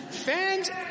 Fans